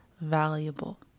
valuable